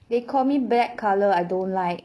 they call me black colour I don't like